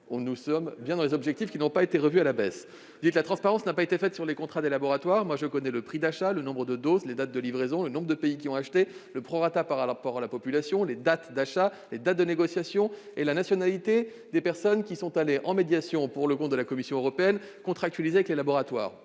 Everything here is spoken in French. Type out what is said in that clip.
nous atteignons nos objectifs, qui n'ont pas été revus à la baisse. Vous affirmez également que la transparence n'est pas complète concernant les contrats des laboratoires. Pour ma part, je connais le prix d'achat, le nombre de doses, les dates de livraison, le nombre de pays qui ont acheté, le prorata par rapport à la population, les dates d'achat, les dates de négociations et la nationalité des personnes qui sont allées en médiation, pour le compte de la Commission européenne, afin de contractualiser avec les laboratoires.